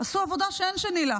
עשו עבודה שאין שנייה לה.